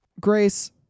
Grace